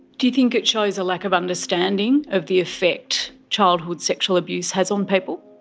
do you think it shows a lack of understanding of the effect childhood sexual abuse has on people?